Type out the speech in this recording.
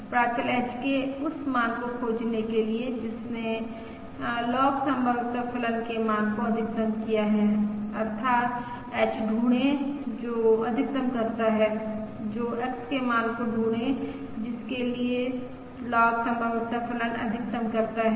प्राचल h के उस मान को खोजने के लिए जिसने लॉग संभाव्यता फलन के मान को अधिकतम किया है अर्थात् h ढूंढें जो अधिकतम करता है जो X के मान को ढूंढें जिसके लिए लॉग संभाव्यता फलन अधिकतम करता है